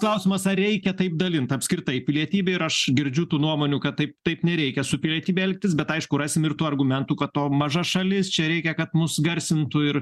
klausimas ar reikia taip dalint apskritai pilietybė ir aš girdžiu tų nuomonių kad taip taip nereikia su pilietybe elgtis bet aišku rasim ir tų argumentų kad o maža šalis čia reikia kad mus garsintų ir